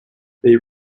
they